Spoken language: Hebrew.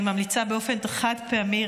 אני ממליצה באופן חד-פעמי,